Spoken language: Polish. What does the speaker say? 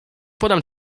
podam